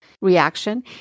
reaction